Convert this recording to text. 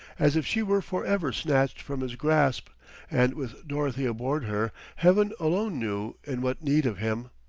as if she were for ever snatched from his grasp and with dorothy aboard her heaven alone knew in what need of him!